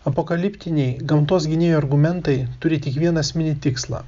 apokaliptiniai gamtos gynėjų argumentai turi tik vieną esminį tikslą